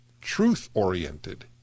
truth-oriented